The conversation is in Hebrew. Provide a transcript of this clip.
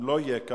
אם לא יהיה כאן,